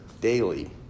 daily